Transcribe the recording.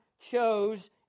chose